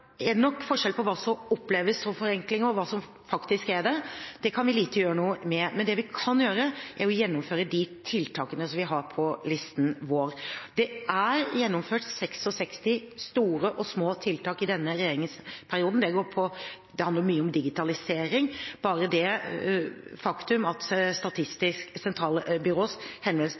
er det nok forskjell på hva som oppleves som forenklinger, og hva som faktisk er det. Det kan vi lite gjøre noe med. Men det vi kan gjøre, er å gjennomføre de tiltakene som vi har på listen vår. Det er gjennomført 66 store og små tiltak i denne regjeringsperioden. Det handler mye om digitalisering. Bare til det faktum at Statistisk sentralbyrås